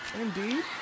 Indeed